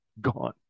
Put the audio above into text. gone